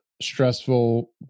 stressful